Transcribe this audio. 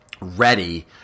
Ready